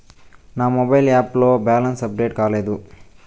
నా mobile app లో balance update కాలేదు